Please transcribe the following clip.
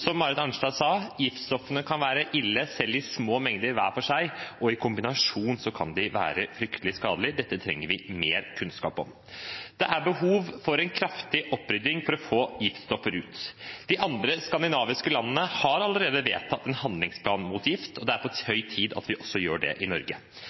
Som Marit Arnstad sa – giftstoffene kan være ille selv i små mengder hver for seg, og i kombinasjon kan de være fryktelig skadelige. Dette trenger vi mer kunnskap om. Det er behov for en kraftig opprydding for å få giftstoffer ut. De andre skandinaviske landene har allerede vedtatt en handlingsplan mot gift, og det er på høy tid at vi gjør det også i Norge.